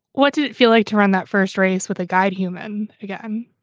what did it feel like to run that first race with a guy human again?